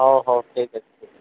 ହଉ ହଉ ଠିକ୍ ଠିକ୍